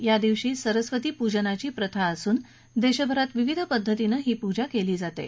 या दिवशी सरस्वती पूजनाची प्रथा असून देशभरात विविध पद्धतीनं ही पूजा केली जाते